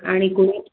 आणि कोणी